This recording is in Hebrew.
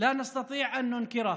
כדי שנוכל להגיב?